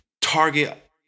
target